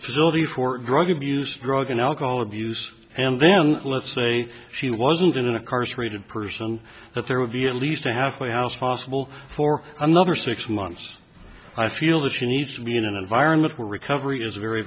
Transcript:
be for drug abuse drug and alcohol abuse and then let's say he wasn't in a car separated person that there would be at least a halfway house possible for another six months i feel that he needs to be in an environment where recovery is very